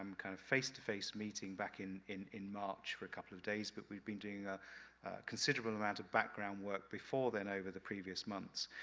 um kind of, face-to-face meeting back in in in march for a couple of days, but we've been doing a considerable amount of background work before then, over the previous months,